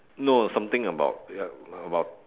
no something about about